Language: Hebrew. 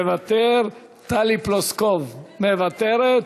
מוותר, טלי פלוסקוב, מוותרת,